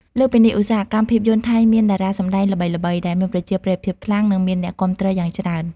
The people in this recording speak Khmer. លើសពីនេះ ឧស្សាហកម្មភាពយន្តថៃមាន តារាសម្តែងល្បីៗ ដែលមានប្រជាប្រិយភាពខ្លាំង និងមានអ្នកគាំទ្រយ៉ាងច្រើន។